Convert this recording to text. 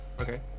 okay